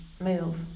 move